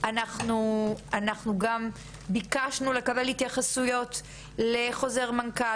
אנחנו גם ביקשנו לקבל התייחסויות על חוזר המנכ"ל,